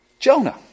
Jonah